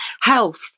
health